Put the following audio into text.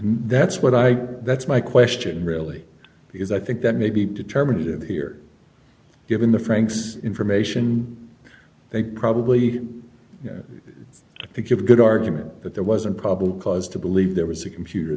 that's what i that's my question really because i think that may be determinative here given the frank's information they probably could give a good argument that there wasn't probable cause to believe there was a computer